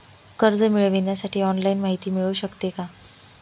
कर्ज मिळविण्यासाठी ऑनलाईन माहिती मिळू शकते का?